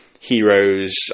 heroes